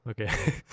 okay